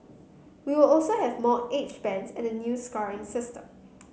we will also have more age bands and a new scoring system